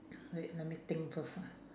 wait let me think first lah